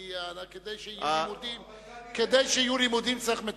כדי שיהיו לימודים צריך מטוסים.